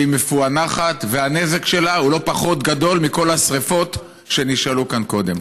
שהיא מפוענחת והנזק שלה לא פחות גדול מכל השרפות שנשאלת עליהן כאן קודם?